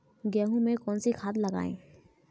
गेहूँ में कौनसी खाद लगाएँ?